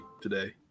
today